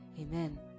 Amen